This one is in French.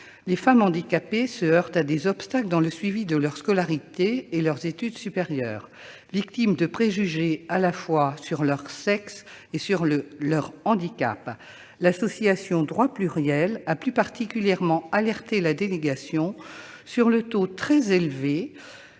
les femmes handicapées se heurtent à des obstacles dans le suivi de leur scolarité et de leurs études supérieures, victimes de préjugés à la fois sur leur sexe et sur leur handicap. L'association Droit Pluriel a plus particulièrement alerté la délégation aux droits de